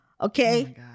okay